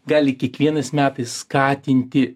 gali kiekvienais metais skatinti